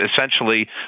essentially